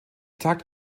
tagt